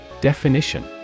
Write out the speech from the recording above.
Definition